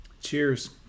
Cheers